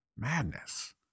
Madness